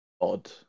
odd